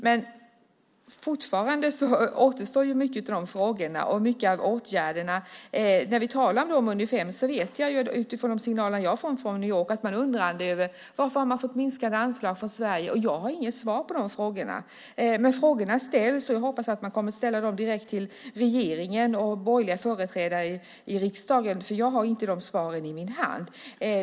Men fortfarande återstår många av frågorna och många av åtgärderna. När vi talar om dem i Unifem vet jag utifrån de signaler som jag har fått från New York att man är undrande över att man har fått minskade anslag från Sverige. Jag har inga svar på dessa frågor. Men frågorna ställs, och jag hoppas att man kommer att ställa dem direkt till regeringen och borgerliga företrädare i riksdagen eftersom jag inte har dessa svar i min hand.